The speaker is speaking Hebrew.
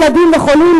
ילדים וחולים,